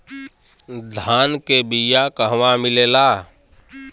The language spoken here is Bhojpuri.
धान के बिया कहवा मिलेला?